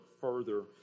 further